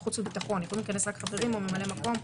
יכולים להיכנס רק חברים או ממלאי מקום.